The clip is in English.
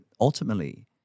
ultimately